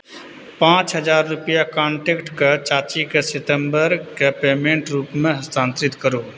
पाँच हजार रुपैआ कान्टैक्ट कऽ चाचीके सितम्बरके पेमेन्ट रूपमे हस्तान्तरित करू